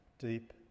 deep